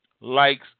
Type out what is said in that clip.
likes